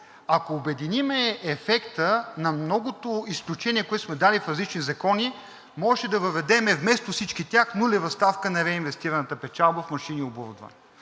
ако обединим ефекта на многото изключения, които сме дали в различни закони, можеше да въведем вместо всички тях нулева ставка на реинвестираната печалба в машини и оборудване.